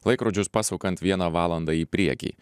laikrodžius pasukant vieną valanda į priekį